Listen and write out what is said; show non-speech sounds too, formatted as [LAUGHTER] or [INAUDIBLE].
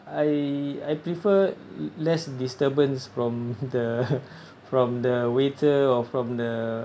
I I prefer less disturbance from the [LAUGHS] from the waiter or from the